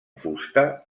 fusta